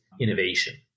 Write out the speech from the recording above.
innovation